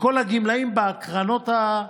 לכל הגמלאים בקרנות,